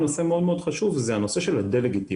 נושא מאוד חשוב זה הנושא של הדה-לגיטימציה.